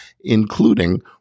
including